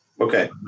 Okay